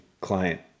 client